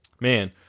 Man